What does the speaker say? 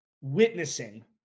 witnessing